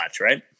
right